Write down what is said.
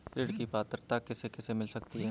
ऋण पात्रता किसे किसे मिल सकती है?